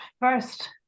first